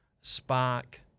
Spark